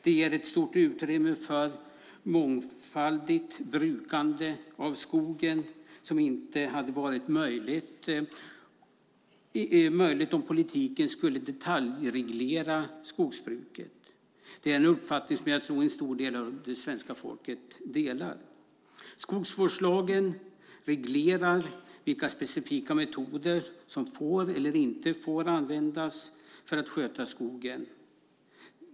Det ger ett stort utrymme för mångfaldigt brukande av skogen, som inte hade varit möjligt om politiken skulle detaljreglera skogsbruket. Det är en uppfattning som jag tror att en stor del av det svenska folket delar. Skogsvårdslagen reglerar vilka specifika metoder som får eller inte får användas för att sköta skogen.